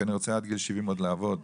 כי אני רוצה עד גיל 70 עוד לעבוד,